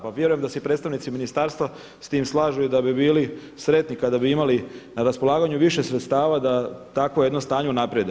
Pa vjerujem da se i predstavnici ministarstva s tim slažu i da bi bili sretni kada bi imali na raspolaganju sviše sredstava da takvo jedno stanje unaprijede.